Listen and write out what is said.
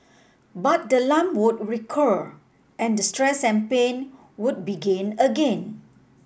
but the lump would recur and the stress and pain would begin again